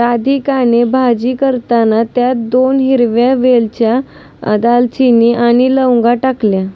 राधिकाने भाजी करताना त्यात दोन हिरव्या वेलच्या, दालचिनी आणि लवंगा टाकल्या